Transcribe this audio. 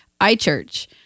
iChurch